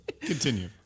Continue